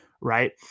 right